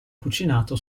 cucinato